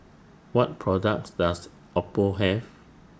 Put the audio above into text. What products Does Oppo Have